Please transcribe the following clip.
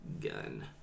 gun